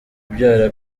kubyara